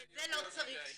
לזה לא צריך שיווק.